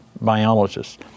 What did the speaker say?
biologists